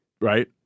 right